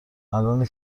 الانه